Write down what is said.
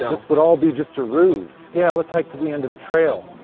yeah this would all be just a ruse. yeah, let's hike to the end of the trail.